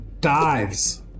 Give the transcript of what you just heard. dives